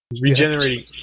Regenerating